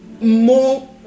more